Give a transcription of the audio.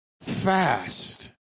fast